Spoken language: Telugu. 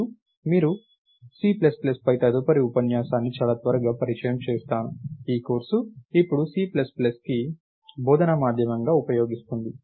మరియు మీరుకు C ప్లస్ ప్లస్పై ఈ తదుపరి ఉపన్యాసాన్ని చాలా త్వరగా పరిచయం చేస్తాను ఈ కోర్సు ఇప్పుడు C ప్లస్ ప్లస్ని బోధనా మాధ్యమంగా ఉపయోగిస్తుంది